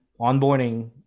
onboarding